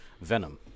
Venom